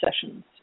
sessions